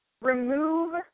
remove